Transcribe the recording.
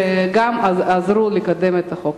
שעזרו לקדם את החוק.